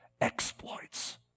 exploits